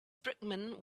brickman